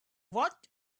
what